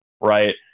right